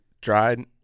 dried